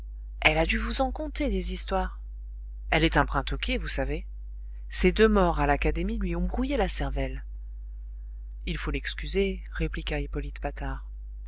elle a dû vous en conter des histoires elle est un brin toquée vous savez ces deux morts à l'académie lui ont brouillé la cervelle il faut l'excuser répliqua hippolyte patard